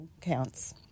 counts